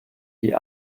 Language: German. die